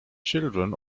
children